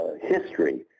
history